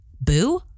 Boo